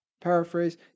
paraphrase